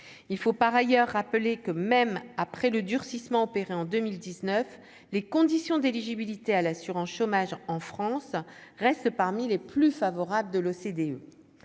il faut par ailleurs rappelé que même après le durcissement opéré en 2019, les conditions d'éligibilité à l'assurance chômage en France reste parmi les plus favorables de l'OCDE,